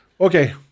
Okay